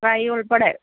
fry ഉള്പ്പെടെ